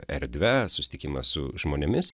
erdve susitikimas su žmonėmis